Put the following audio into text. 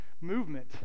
movement